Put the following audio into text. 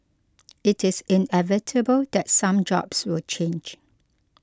it is inevitable that some jobs will change